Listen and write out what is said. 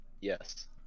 Yes